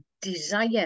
desire